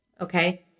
Okay